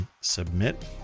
submit